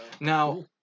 now